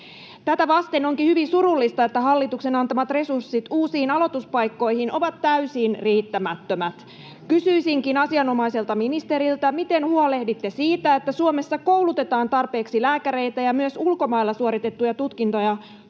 Tätä vasten onkin hyvin surullista, että hallituksen antamat resurssit uusiin aloituspaikkoihin ovat täysin riittämättömät. Kysyisinkin asianomaiselta ministeriltä: miten huolehditte siitä, että Suomessa koulutetaan tarpeeksi lääkäreitä ja että myös ulkomailla suoritettuja tutkintoja